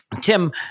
tim